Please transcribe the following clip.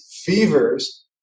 fevers